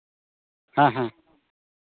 ᱦᱮᱸ ᱦᱮᱸ